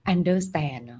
Understand